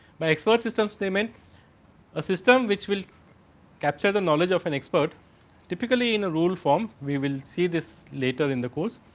by expert systems they meant a system, which will capture the knowledge of an expert typically, in a roof form we will see this later in the course.